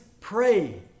pray